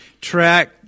track